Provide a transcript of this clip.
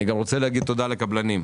אני גם רוצה להגיד תודה לקבלנים,